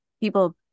people